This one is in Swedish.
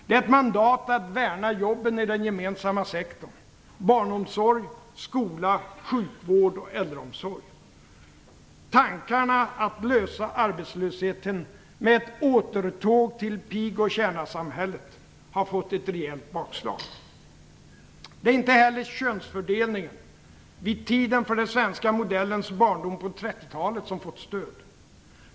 Det är ett mandat att värna jobben i den gemensamma sektorn, barnomsorg, skola, sjukvård och äldreomsorg. Tankarna att lösa arbetslöshetsproblemen med ett återtåg till pig och tjänarsamhället har fått ett rejält bakslag. Det är inte heller könsfördelningen vid tiden för den svenska modellens barndom på 30-talet som fått stöd.